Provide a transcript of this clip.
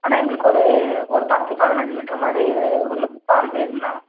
அண்ணா எங்களுக்கு ஒரு ஒரு பத்து பதினஞ்சு லிட்ரு மாதிரி உள்ள பால் வேணும்ண்ணா